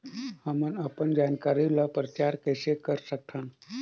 हमन अपन जानकारी ल प्रचार कइसे कर सकथन?